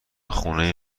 خونه